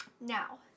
now